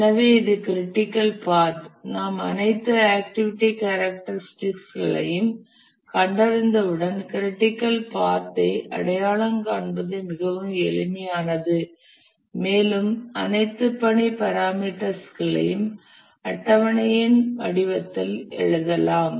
எனவே இது critical path நாம் அனைத்து ஆக்டிவிட்டி கேரக்டரிஸ்டிகஸ் களையும் கண்டறிந்தவுடன் க்ரிட்டிக்கல் பாத் ஐ அடையாளம் காண்பது மிகவும் எளிமையானது மேலும் அனைத்து பணி பராமீட்டர்ஸ் களையும் அட்டவணையின் வடிவத்தில் எழுதலாம்